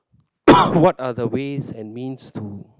what are the ways and means to